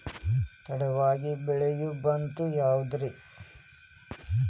ತಡವಾಗಿ ಬೆಳಿಯೊ ಭತ್ತ ಯಾವುದ್ರೇ?